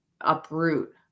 uproot